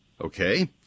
Okay